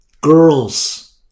Girls